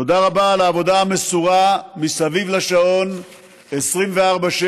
תודה רבה על העבודה המסורה מסביב לשעון 24/7,